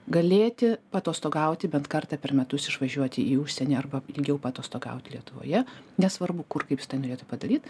galėti paatostogauti bent kartą per metus išvažiuoti į užsienį arba ilgiau paatostogauti lietuvoje nesvarbu kur kaip jis tą norėtų padaryt